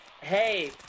Hey